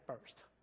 first